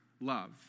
love